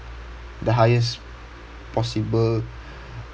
the highest possible